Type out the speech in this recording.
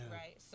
right